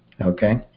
okay